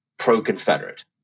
pro-Confederate